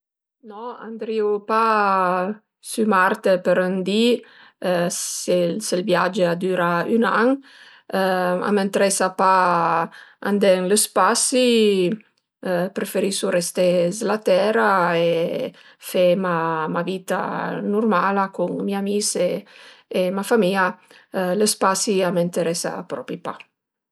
No andrìu pa sü Marte për ën di s'ël viage a düra ün an, a m'ëntresa pa andé ën lë spasi, preferisu resté s'la tera e fe mia vitta nurmala cun mi amis e ma famìa, lë spasi a m'ëntresa propi pa